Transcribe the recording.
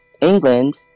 England